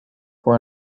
for